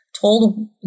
told